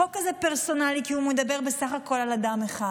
החוק הזה פרסונלי כי הוא מדבר בסך הכול על אדם אחד.